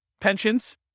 Pensions